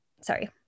sorry